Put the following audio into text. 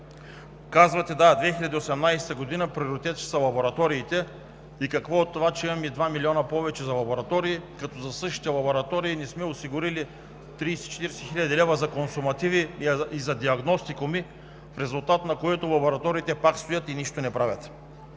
Казвате: да, 2018 г. приоритет ще са лабораториите. И какво от това, че имаме 2 милиона повече за лаборатории, като за същите не сме осигурили 30 – 40 хил. лв. за консумативи и за диагностикуми, в резултат на което лабораториите пак стоят и нищо не правят?!